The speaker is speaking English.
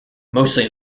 mostly